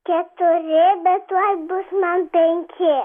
keturi bet tuoj bus man penki